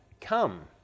come